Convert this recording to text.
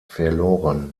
verloren